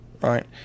right